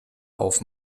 auf